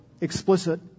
explicit